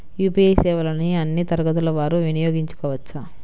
UPI సేవలని అన్నీ తరగతుల వారు వినయోగించుకోవచ్చా?